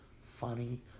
funny